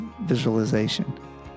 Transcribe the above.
visualization